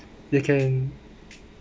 you can